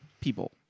people